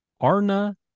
Arna